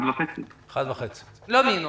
1.5%. 1.5%. לא מינוס?